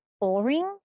boring